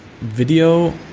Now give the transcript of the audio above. video